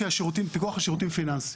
פיקוח על שירותים פיננסיים.